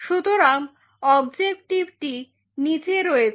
সুতরাং অবজেক্টিভটি নিচে রয়েছে